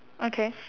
okay